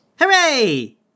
Hooray